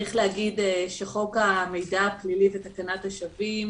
חוק המידע הפלילי ותקנת השבים,